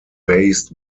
based